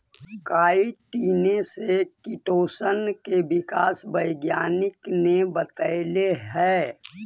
काईटिने से किटोशन के विकास वैज्ञानिक ने बतैले हई